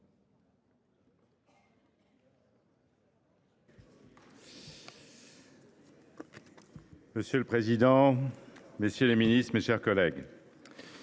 Monsieur le président, monsieur le ministre, mes chers collègues,